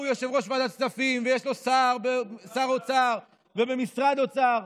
הוא יושב-ראש ועדת הכספים ויש לו שר אוצר ובמשרד האוצר,